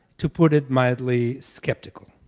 to put it mildly, skeptical.